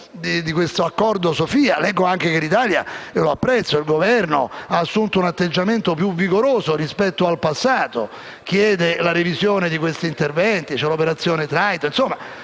di questo accordo Sophia. Leggo anche che l'Italia, cosa che apprezzo, ha assunto un atteggiamento più vigoroso rispetto al passato, chiedendo la revisione di questi interventi e dell'operazione Triton. Insomma,